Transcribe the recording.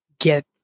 get